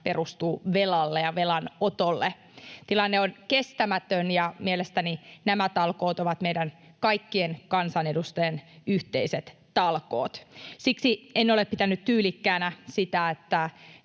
perustuu velalle ja velanotolle. Tilanne on kestämätön, ja mielestäni nämä talkoot ovat meidän kaikkien kansanedustajien yhteiset talkoot. Siksi en ole pitänyt tyylikkäänä sitä, että